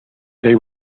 they